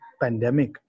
pandemic